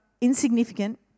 Insignificant